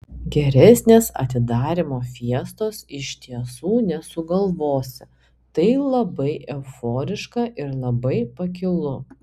geresnės atidarymo fiestos iš tiesų nesugalvosi tai labai euforiška ir labai pakilu